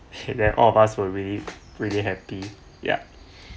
then all of us were really really happy ya